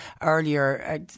earlier